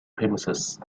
premises